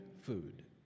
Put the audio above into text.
food